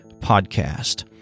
podcast